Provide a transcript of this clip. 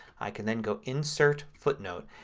i can then go insert, footnote.